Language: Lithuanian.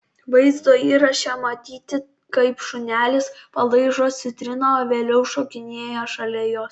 vaizdo įraše matyti kaip šunelis palaižo citriną o vėliau šokinėja šalia jos